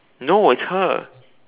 no it's her